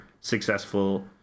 successful